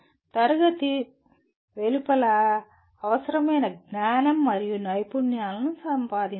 తరగతి గది వెలుపల అవసరమైన జ్ఞానం మరియు నైపుణ్యాలను సంపాదించండి